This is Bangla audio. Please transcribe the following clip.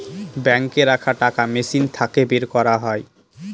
বাঙ্কে রাখা টাকা মেশিন থাকে বের করা যায়